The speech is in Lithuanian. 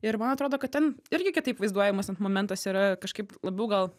ir man atrodo kad ten irgi kitaip vaizduojamas momentas yra kažkaip labiau gal